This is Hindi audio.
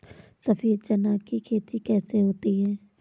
सफेद चना की खेती कैसे होती है?